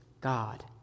God